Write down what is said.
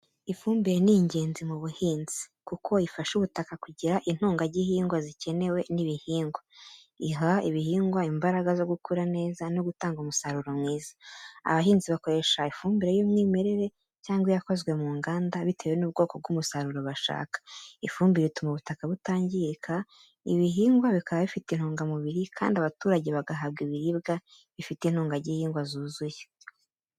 Ifumbire ni ngenzi mu buhinzi kuko ifasha ubutaka kugira intungagihingwa zikenewe n’ibihingwa. Iha ibihingwa imbaraga zo gukura neza no gutanga umusaruro mwiza. Abahinzi bakoresha ifumbire y’umwimerere cyangwa iyakozwe mu nganda, bitewe n’ubwoko bw’umusaruro bashaka. Ifumbire ituma ubutaka butangirika, ibihingwa bikaba bifite intungamubiri, kandi abaturage bagahabwa ibiribwa bifite intungagihingwa zuzuye.